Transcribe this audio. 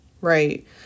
Right